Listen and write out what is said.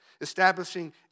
Establishing